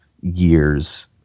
years